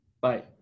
bye